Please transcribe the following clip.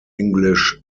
english